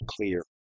clear